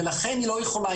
ולכן היא לא יכולה.